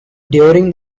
during